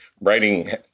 writing